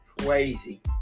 Crazy